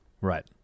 Right